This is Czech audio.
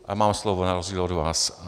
A mám slovo, na rozdíl od vás.